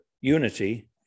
unity